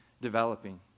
developing